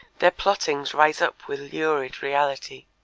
their plottings rise up with lurid reality.